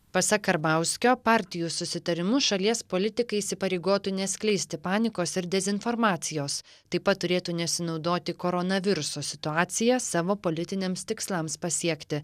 pasak karbauskio partijų susitarimu šalies politikai įsipareigotų neskleisti panikos ir dezinformacijos taip pat turėtų nesinaudoti koronaviruso situacija savo politiniams tikslams pasiekti